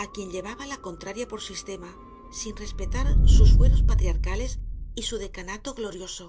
á quien llevaba la contraria por sistema sin respetar sus fueros patriarcales y su decanato glorioso